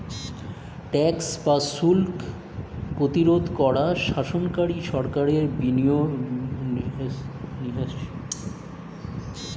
tax বা শুল্ক প্রতিরোধ করা শাসনকারী সরকারের নিয়মের বিরুদ্ধে